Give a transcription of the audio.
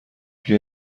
بیا